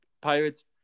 pirate's